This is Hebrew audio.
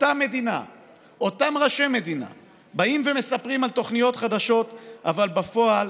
אותם ראשי מדינה באים ומספרים על תוכניות חדשות אבל בפועל